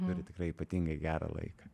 turi tikrai ypatingai gerą laiką